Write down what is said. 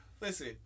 Listen